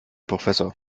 professor